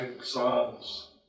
songs